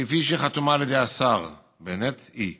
כפי שחתומה על ידי השר בנט, היא: